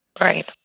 Right